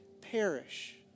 perish